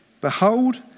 Behold